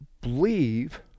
believe